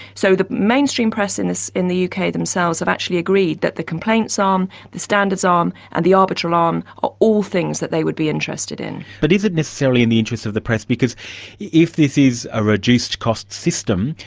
so the mainstream press in this, in the uk, themselves have actually agreed that the complaints arm, um the standards arm, and the arbitral arm are all things that they would be interested in. but is it necessarily in the interests of the press, because if this is a reduced-cost system,